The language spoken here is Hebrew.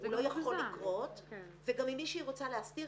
הוא לא יכול לקרות וגם אם מישהי רוצה להסתיר,